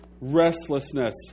Restlessness